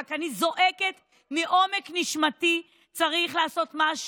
אני רק זועקת מעומק נשמתי: צריך לעשות משהו.